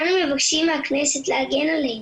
אנו מבקשים מהכנסת להגן עלינו,